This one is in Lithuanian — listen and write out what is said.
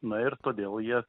na ir todėl jie